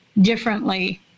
differently